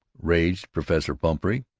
raged professor pumphrey.